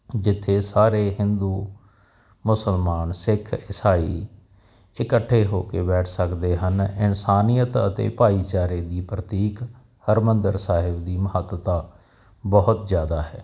ਜਿੱਥੇ ਸਾਰੇ ਹਿੰਦੂ ਮੁਸਲਮਾਨ ਸਿੱਖ ਇਸਾਈ ਇਕੱਠੇ ਹੋ ਕੇ ਬੈਠ ਸਕਦੇ ਹਨ ਇਨਸਾਨੀਅਤ ਅਤੇ ਭਾਈਚਾਰੇ ਦੀ ਪ੍ਰਤੀਕ ਹਰਿਮੰਦਰ ਸਾਹਿਬ ਦੀ ਮਹੱਤਤਾ ਬਹੁਤ ਜਿਆਦਾ ਹੈ